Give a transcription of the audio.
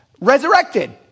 resurrected